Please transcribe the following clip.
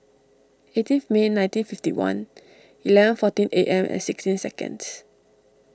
eighteenth May nineteen fifty one eleven fourteen A M and sixteen seconds